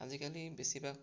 আজিকালি বেছিভাগ